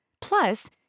Plus